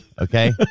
Okay